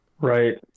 right